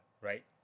right